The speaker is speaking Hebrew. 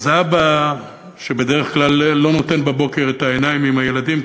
זה אבא שבדרך כלל לא נותן בבוקר את העיניים עם הילדים,